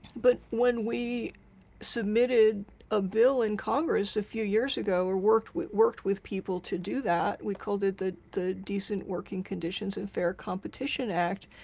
but when we submitted a bill in congress a few years ago, or worked with worked with people to do that, we called it the the decent working conditions and fair competition act,